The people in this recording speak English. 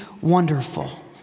wonderful